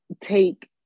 take